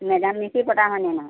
madam মে fee পতা হয়নে নহয়